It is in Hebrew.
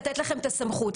לתת לכם את הסמכות.